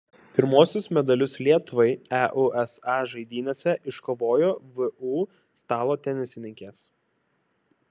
pirmuosius medalius lietuvai eusa žaidynėse iškovojo vu stalo tenisininkės